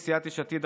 סיעת יש עתיד,